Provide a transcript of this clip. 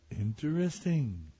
Interesting